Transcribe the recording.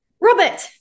Robert